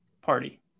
party